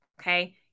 okay